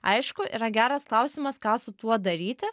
aišku yra geras klausimas ką su tuo daryti